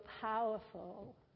powerful